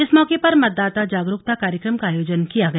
इस मौके पर मतदाता जागरूकता कार्यक्रम का आयोजन किया गया